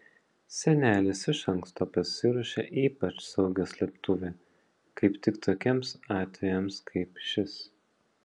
senelis iš anksto pasiruošė ypač saugią slėptuvę kaip tik tokiems atvejams kaip šis